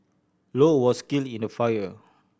low was killed in the fire